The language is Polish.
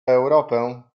europę